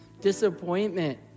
disappointment